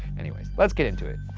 anyways, let's get into it.